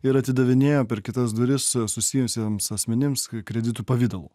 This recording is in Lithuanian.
ir atidavinėjo per kitas duris susijusiems asmenims kreditų pavidalu